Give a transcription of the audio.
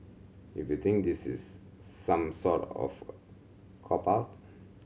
if you think this is some sort of cop out